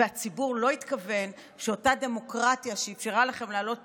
והציבור לא התכוון שאותה דמוקרטיה שאפשרה לכם לעלות